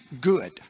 good